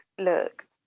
look